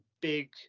big